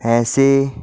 એંશી